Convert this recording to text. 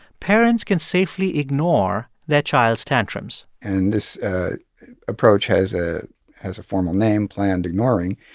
parents can safely ignore their child's tantrums and this approach has ah has a formal name planned ignoring.